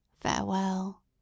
Farewell